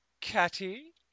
catty